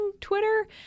Twitter